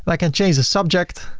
like and change the subject,